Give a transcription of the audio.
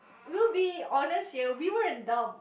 we will be honest here we were in doubt